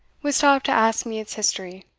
would stop to ask me its history.